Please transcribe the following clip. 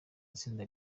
itsinda